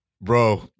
bro